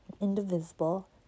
indivisible